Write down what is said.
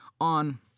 on